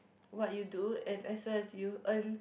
what you do and as well as you earn